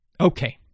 Okay